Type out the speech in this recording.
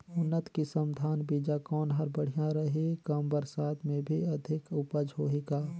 उन्नत किसम धान बीजा कौन हर बढ़िया रही? कम बरसात मे भी अधिक उपज होही का?